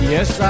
Yes